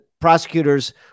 prosecutors